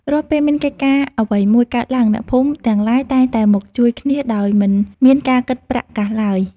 រាល់ពេលមានកិច្ចការងារអ្វីមួយកើតឡើងអ្នកភូមិទាំងឡាយតែងតែមកជួយគ្នាដោយមិនមានការគិតប្រាក់កាសឡើយ។